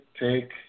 take